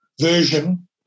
version